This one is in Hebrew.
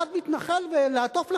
אחד מתנחל ולעטוף לך,